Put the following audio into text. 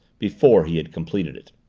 before he had completed it.